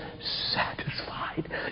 satisfied